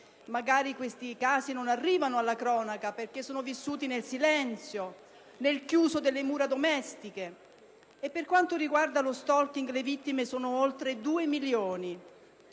magari questi casi non arrivano alla cronaca perché sono vissuti nel silenzio, nel chiuso delle mura domestiche. Per quanto riguarda lo *stalking*, le vittime sono oltre 2.000.000.